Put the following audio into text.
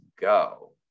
go